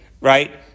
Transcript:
right